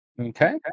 Okay